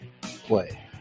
Play